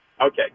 Okay